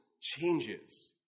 changes